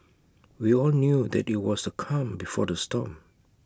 we all knew that IT was the calm before the storm